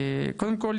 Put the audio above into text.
קודם כל,